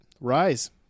Rise